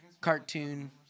cartoon